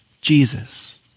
Jesus